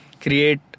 create